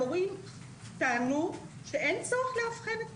אבל כשמכירים באבחון רק מכיתה י' בשביל הבגרות,